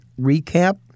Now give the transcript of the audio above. recap